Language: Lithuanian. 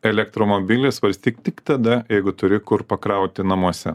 elektromobilį svarstyk tik tada jeigu turi kur pakrauti namuose